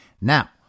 Now